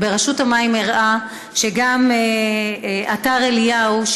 ורשות המים הראתה שגם אתר אליהו,